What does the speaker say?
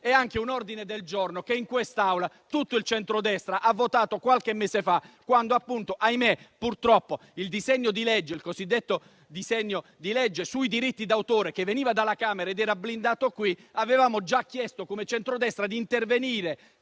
è anche un ordine del giorno, che in quest'Aula tutto il centrodestra ha votato qualche mese fa, quando il cosiddetto disegno di legge sui diritti d'autore, che veniva dalla Camera, era arrivato blindato. Già all'epoca avevamo chiesto, come centrodestra, di intervenire.